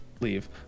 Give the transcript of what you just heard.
Leave